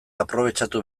aprobetxatu